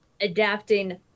adapting